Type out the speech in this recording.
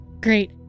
Great